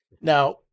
Now